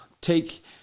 Take